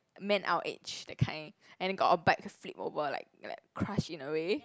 man our age that kind and then got a bike flip over like like crush in a way